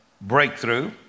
breakthrough